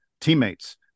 teammates